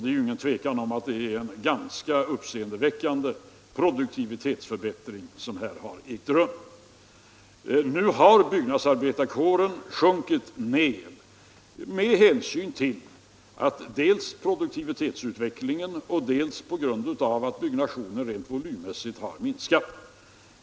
Det råder inget tvivel om att det skett en uppseendeväckande produktivitetsutveckling. Nu har byggnadsarbetarkåren sjunkit, dels med hänsyn till produktivitetsutvecklingen, dels på grund av att byggnationen rent volymmässigt minskat.